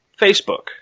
Facebook